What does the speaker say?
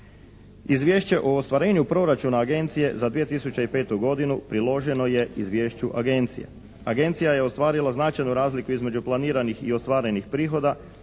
Izvješće o ostvarenju proračuna Agencije za 2005. godinu priloženo je izvješću Agencije. Agencija je ostvarila značajnu razliku između planirani i ostvarenih prihoda